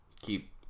Keep